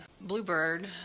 Bluebird